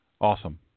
Awesome